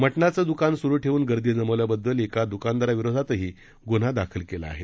मटनाचं दूकान सुरू ठेवून गर्दी जमवल्याबद्दल एका दूकानदाराविरोधातही गुन्हा दाखल केला आहे